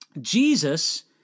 Jesus